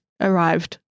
arrived